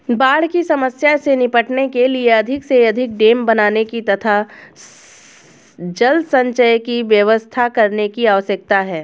बाढ़ की समस्या से निपटने के लिए अधिक से अधिक डेम बनाने की तथा जल संचय की व्यवस्था करने की आवश्यकता है